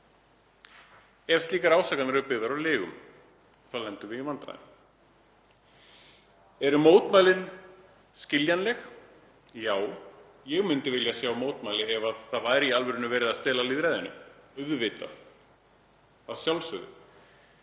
ef slíkar ásakanir eru byggðar á lygum þá lendum við í vandræðum. Eru mótmælin skiljanleg? Já, ég myndi vilja sjá mótmæli ef það væri í alvörunni verið að stela lýðræðinu. Auðvitað. Voru sum